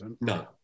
No